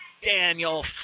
Daniel